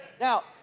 Now